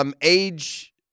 age